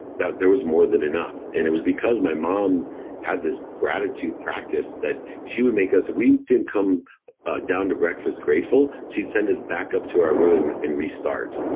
that there was more than enough. and it was because my mom had this gratitude practice that she would make us, if we didn't come down to breakfast grateful, she'd send us back up to our room and restart.